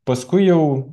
paskui jau